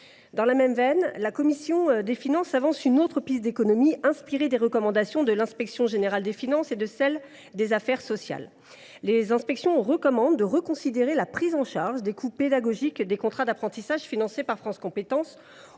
Dans la même veine, la commission des finances avance une autre piste d’économies, inspirée des recommandations de l’inspection générale des finances (IGF) et de l’inspection des affaires sociales (Igas) : celles ci préconisent de reconsidérer la prise en charge des coûts pédagogiques des contrats d’apprentissage, financés par France Compétences